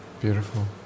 Beautiful